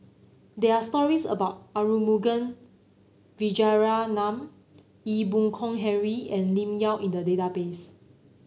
there are stories about Arumugam Vijiaratnam Ee Boon Kong Henry and Lim Yau in the database